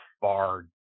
far